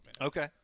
Okay